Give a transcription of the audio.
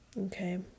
okay